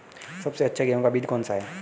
सबसे अच्छा गेहूँ का बीज कौन सा है?